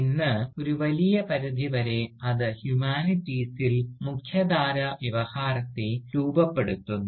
ഇന്ന് ഒരു വലിയ പരിധി വരെ അത് ഹ്യൂമാനിറ്റീസിൽ മുഖ്യധാരാ വ്യവഹാരത്തെ രൂപപ്പെടുത്തുന്നു